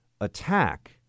attack